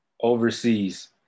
overseas